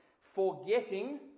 Forgetting